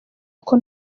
kuko